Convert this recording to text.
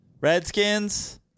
Redskins